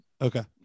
Okay